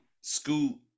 Scoot